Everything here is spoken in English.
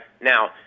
Now